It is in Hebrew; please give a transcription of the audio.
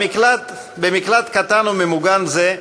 במקלט קטן וממוגן זה,